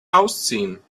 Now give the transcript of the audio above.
ausziehen